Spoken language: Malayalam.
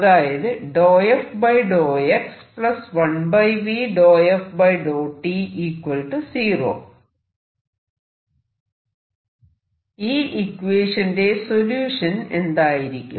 അതായത് ഈ ഇക്വേഷന്റെ സൊല്യൂഷൻ എന്തായിരിക്കും